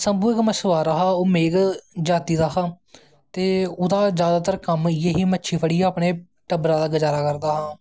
शम्भू मछवारा हा ओह् मेघ जाति दा हा ता ओह्दे जागता दा कम्म इयै हा मच्छी फड़ियै अपनें टब्बरा दा गज़ारा करदा हा ते